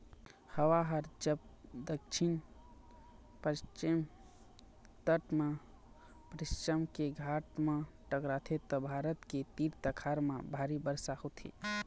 हवा ह जब दक्छिन पस्चिम तट म पश्चिम के घाट म टकराथे त भारत के तीर तखार म भारी बरसा होथे